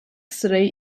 sırayı